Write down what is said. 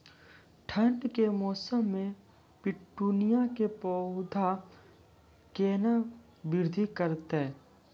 ठंड के मौसम मे पिटूनिया के पौधा केना बृद्धि करतै?